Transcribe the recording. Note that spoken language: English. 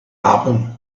happen